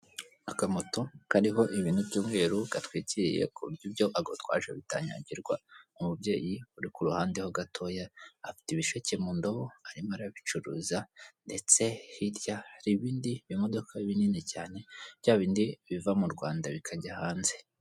Akamoto kariho ibintu by'umweru katwikiriye ku buryo ibyo agutwaje bitanyagirwa, umubyeyi uri ku ruhande ho gatoya afite ibisheke mu ndobo, arimo arabicuruza ndetse hirya hari ibindi birimo binini cyane, bya bindi biva mu Rwanda bikajya hanze.